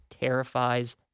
terrifies